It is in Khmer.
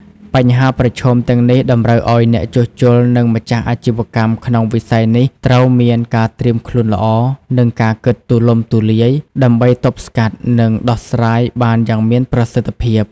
បញ្ហាប្រឈមទាំងនេះតម្រូវឲ្យអ្នកជួសជុល និងម្ចាស់អាជីវកម្មក្នុងវិស័យនេះត្រូវមានការត្រៀមខ្លួនល្អ និងការគិតទូលំទូលាយ ដើម្បីទប់ស្កាត់ និងដោះស្រាយបានយ៉ាងមានប្រសិទ្ធភាព។